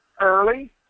early